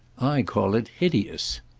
i call it hideous.